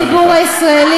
על הציבור הישראלי.